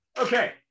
Okay